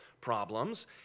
problems